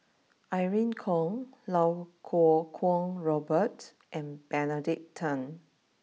Irene Khong Iau Kuo Kwong Robert and Benedict Tan